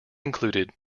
included